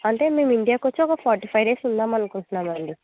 అంటే మేము ఇండియాకి వచ్చి ఒక ఫార్టీ ఫైవ్ డేస్ ఉందాం అనుకుంటున్నాం అండి